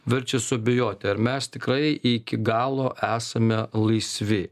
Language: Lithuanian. verčia suabejoti ar mes tikrai iki galo esame laisvi